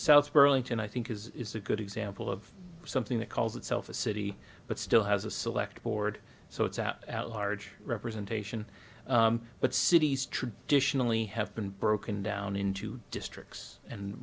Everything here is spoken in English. south burlington i think is a good example of something that calls itself a city but still has a select board so it's out at large representation but cities traditionally have been broken down into districts and